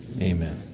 Amen